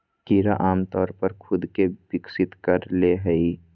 कीड़ा आमतौर पर खुद के विकसित कर ले हइ